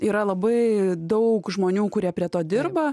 yra labai daug žmonių kurie prie to dirba